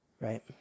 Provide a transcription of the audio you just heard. Right